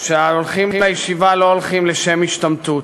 שההולכים לישיבה לא הולכים לשם השתמטות,